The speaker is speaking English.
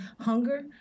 hunger